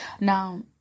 Now